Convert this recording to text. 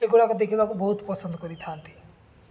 ଏଗୁଡ଼ାକ ଦେଖିବାକୁ ବହୁତ ପସନ୍ଦ କରିଥାନ୍ତି